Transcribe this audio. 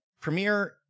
premiere